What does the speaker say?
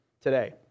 today